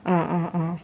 അ അ അ